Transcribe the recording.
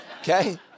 okay